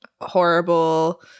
horrible